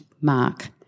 mark